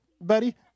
buddy